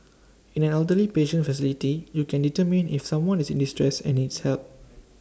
in an elderly patient facility you can determine if someone is in distress and needs help